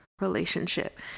relationship